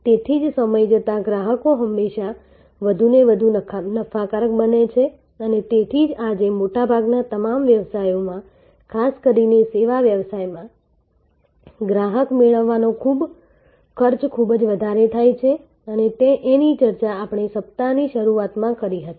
તેથી જ સમય જતાં ગ્રાહકો હંમેશા વધુને વધુ નફાકારક બને છે અને તેથી જ આજે મોટાભાગના તમામ વ્યવસાયોમાં ખાસ કરીને સેવા વ્યવસાયમાં ગ્રાહક મેળવવાનો ખર્ચ ખૂબ વધારે થાય છે એની ચર્ચા આપડે સપ્તાહની શરૂઆત માં કરી હતી